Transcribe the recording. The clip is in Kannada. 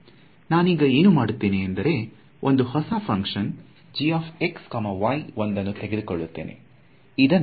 ನಾನೀಗ ಏನು ಮಾಡುತ್ತೇನೆ ಎಂದರೆ ಒಂದು ಹೊಸ ಫುನಕ್ಷನ್ಒಂದನ್ನು ತೆಗೆದುಕೊಳ್ಳುತ್ತೇನೆ